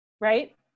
Right